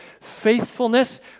faithfulness